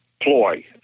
ploy